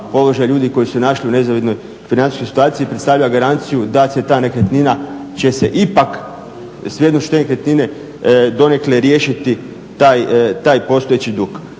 položaj ljudi koji su se našli u nezavidnoj financijskoj situaciji i predstavlja garanciju da će se ta nekretnina ipak, … nekretnine donekle riješiti taj postojeći dug.